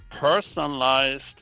personalized